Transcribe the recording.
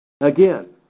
Again